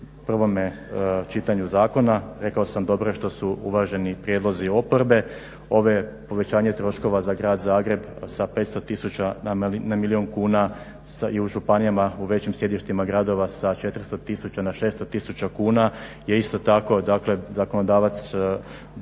prvome čitanju zakona. Rekao sam dobro je što su uvaženi prijedlozi oporbe, ovo povećanje troškova za grad Zagreb sa 500 tisuća na milijun kuna i u županijama u većim sjedištima gradova sa 400 tisuća na 600 tisuća kuna je isto tako zakonodavac dobro